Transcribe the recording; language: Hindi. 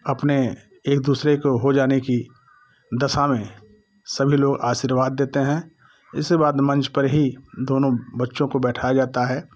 अपने एक दूसरे को हो जाने की दशा में सभी लोग आशीर्वाद देते हैं इसके बाद मंच पर ही दोनों बच्चों को बैठाया जाता है